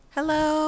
Hello